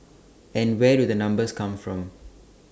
and where do the numbers come from